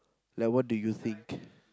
like what do you think